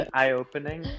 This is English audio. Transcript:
eye-opening